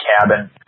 cabin